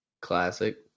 classic